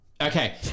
okay